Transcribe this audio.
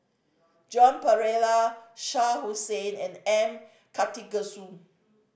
Joan Pereira Shah Hussain and M Karthigesu